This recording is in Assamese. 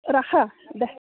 ৰাখা দে